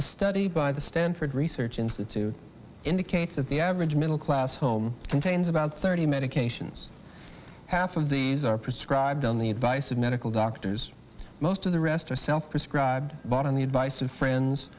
a study by the stanford research institute indicate that the average middle class home contains about thirty medications half of these are prescribed on the advice of medical doctors most of the rest are said prescribe bought on the advice of friends